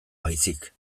baizik